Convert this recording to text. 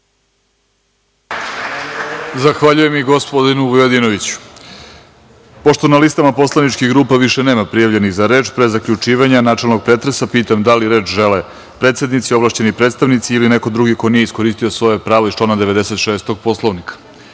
Zahvaljujem i gospodinu Vujadinoviću. Pošto na listama poslaničkih grupa više nema prijavljenih za reč, pre zaključivanja načelnog pretresa pitam da li reč žele predsednici, ovlašćeni predstavnici ili neko drugi ko nije iskoristio svoje pravo iz člana 96. Poslovnika? Da